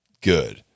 good